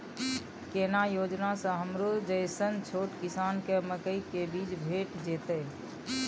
केना योजना स हमरो जैसन छोट किसान के मकई के बीज भेट जेतै?